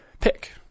pick